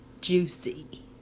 Juicy